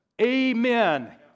Amen